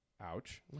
ouch